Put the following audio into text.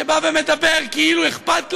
שבא ומדבר כאילו אכפת לו,